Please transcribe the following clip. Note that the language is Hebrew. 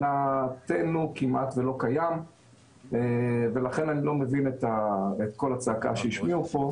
מבחינתנו כמעט ולא קיים ולכן אני לא מבין את קול הצעקה שהשמיעו פה.